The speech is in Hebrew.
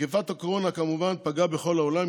מגפת הקורונה פגעה כמובן בכל העולם.